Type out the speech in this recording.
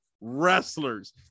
Wrestlers